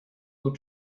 will